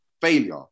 Failure